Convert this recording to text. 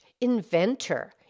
inventor